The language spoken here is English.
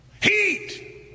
Heat